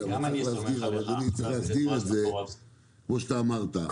אבל צריך להסדיר את זה כמו שאמרת,